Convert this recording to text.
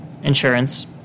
Insurance